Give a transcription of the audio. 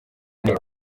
cyane